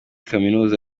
kaminuza